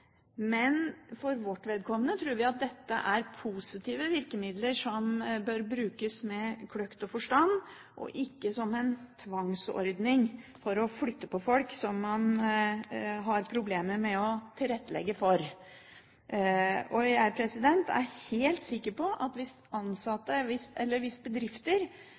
men for vårt vedkommende tror vi at dette er positive virkemidler som bør brukes med kløkt og forstand, og ikke som en tvangsordning for å flytte på folk som man har problemer med å tilrettelegge for. Jeg er helt sikker på at hvis